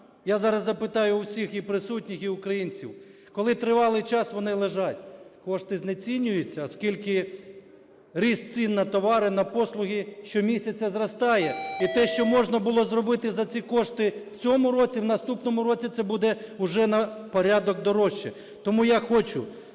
я зараз запитаю у всіх і присутніх, і в українців, коли тривалий час вони лежать? Кошти знецінюються, оскільки ріст цін на товари, на послуги щомісяця зростає. І те, що можна було зробити за ці кошти в цьому році, в наступному році це буде вже на порядок дорожче. Тому я хочу,